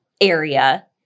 area